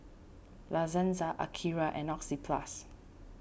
La Senza Akira and Oxyplus